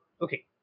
Okay